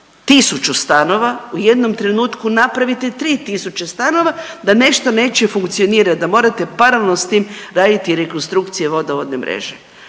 1000 stanova, u jednom trenutku napravite 3000 stanova, da nešto neće funkcionirati, da morate paralelno s tim raditi i rekonstrukcije vodovodne mreže.